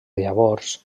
llavors